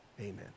Amen